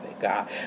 God